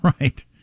right